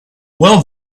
well